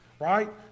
right